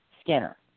Skinner